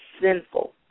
sinful